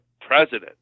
president